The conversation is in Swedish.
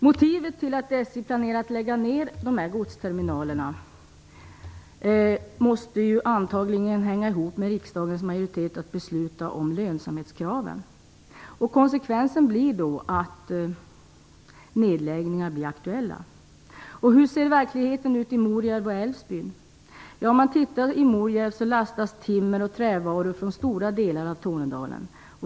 Motivet för att SJ planerar att lägga ner dessa godsterminaler hänger antagligen ihop med ett riksdagsbeslut om lönsamhetskrav. Konsekvensen blir då att nedläggningar blir aktuella. Hur ser verkligheten ut i Morjärv och Älvsbyn? I Morjärv lastas timmer och trävaror från stora delar av Tornedalen.